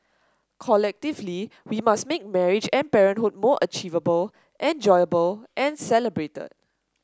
collectively we must make marriage and parenthood more achievable enjoyable and celebrated